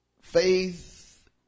Faith